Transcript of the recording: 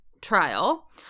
trial